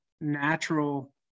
natural